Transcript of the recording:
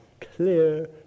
clear